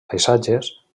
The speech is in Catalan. paisatges